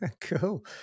Cool